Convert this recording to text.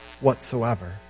whatsoever